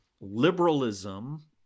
liberalism